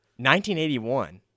1981